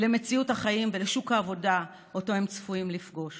למציאות החיים ולשוק העבודה שאותו הם צפויים לפגוש